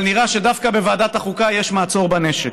אבל נראה שדווקא בוועדת החוקה יש מעצור בנשק,